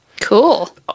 Cool